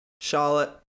Charlotte